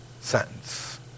sentence